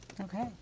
Okay